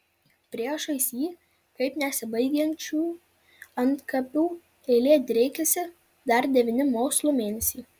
priešais jį kaip nesibaigiančių antkapių eilė driekėsi dar devyni mokslo mėnesiai